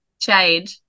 Jade